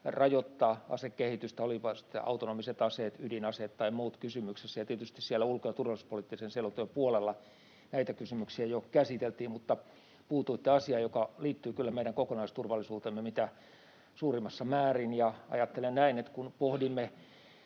rajoittaa asekehitystä, olivatpa sitten autonomiset aseet, ydinaseet tai muut kysymyksessä: Tietysti siellä ulko- ja turvallisuuspoliittisen selonteon puolella näitä kysymyksiä jo käsiteltiin, mutta puutuitte asiaan, joka liittyy kyllä meidän kokonaisturvallisuuteemme mitä suurimmassa määrin. Ajattelen, että kun pohdimme